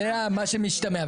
זה מה שמשתמע,